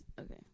Okay